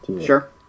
Sure